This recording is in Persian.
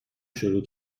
شروع